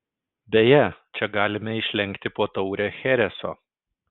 beje čia galime išlenkti po taurę chereso